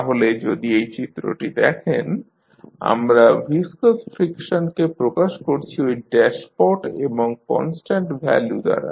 তাহলে যদি এই চিত্রটি দেখেন আমরা ভিসকাস ফ্রিকশনকে প্রকাশ করছি ঐ ড্যাশপট এবং কনস্ট্যান্ট ভ্যালু B দ্বারা